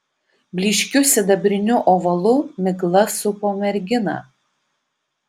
blyškiu sidabriniu ovalu migla supo merginą